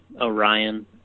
Orion